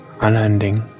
Unending